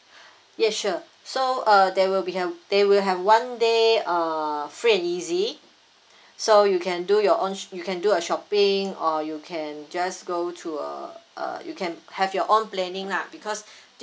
ya sure so uh there will be a they will have one day uh free and easy so you can do your own sho~ you can do your shopping or you can just go to a uh you can have your own planning lah because